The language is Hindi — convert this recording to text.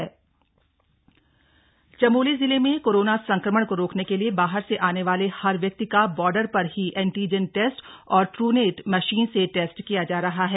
कोरोना चमोली चमोली जिले में कोरोना संक्रमण को रोकने के लिए बाहर से आने वाले हर व्यक्ति का बॉर्डर पर ही एन्टिजन टेस्ट और ड्र नेट मशीन से टेस्ट किया जा रहा है